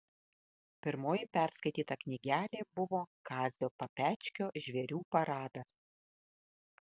pirmoji perskaityta knygelė buvo kazio papečkio žvėrių paradas